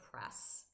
press